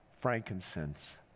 frankincense